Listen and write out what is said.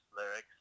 lyrics